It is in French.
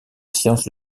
sciences